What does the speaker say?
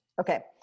Okay